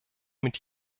mit